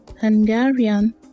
Hungarian